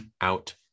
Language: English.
out